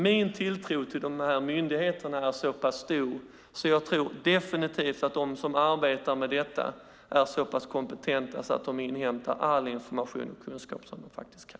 Min tilltro till myndigheterna är så stor att jag definitivt tror att de som jobbar med detta är så pass kompetenta att de inhämtar all den information och kunskap som de kan.